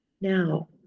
Now